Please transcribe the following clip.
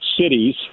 cities